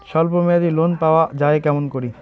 স্বল্প মেয়াদি লোন পাওয়া যায় কেমন করি?